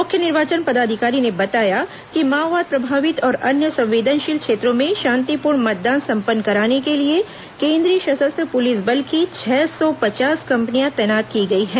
मुख्य निर्वाचन पदाधिकारी ने बताया कि माओवाद प्रभावित और अन्य संवेदनशील क्षेत्रों में शातिपूर्ण मतदान संपन्न कराने के लिए केन्द्रीय सशस्त्र पुलिस बल की छह सौ पचास कंपनियां तैनात की गई हैं